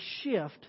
shift